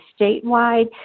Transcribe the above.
statewide